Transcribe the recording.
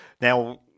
Now